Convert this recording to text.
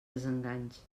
desenganys